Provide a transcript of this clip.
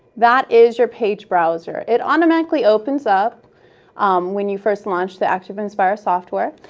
that is your page browser. it automatically opens up when you first launch the activinspire software.